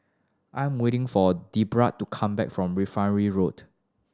I'm waiting for Debrah to come back from Refinery Road